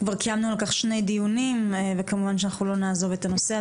כבר קיימנו על כך שני דיונים וכמובן שאנחנו לא נעזוב את הנושא הזה.